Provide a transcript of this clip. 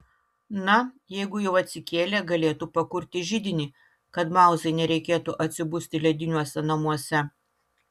na jeigu jau atsikėlė galėtų pakurti židinį kad mauzai nereikėtų atsibusti lediniuose namuose